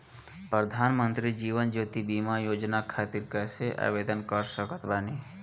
प्रधानमंत्री जीवन ज्योति बीमा योजना खातिर कैसे आवेदन कर सकत बानी?